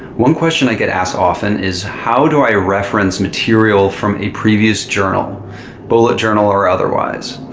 one question i get asked often is how do i reference material from a previous journal bullet journal or otherwise?